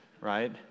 right